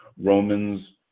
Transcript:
Romans